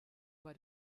bei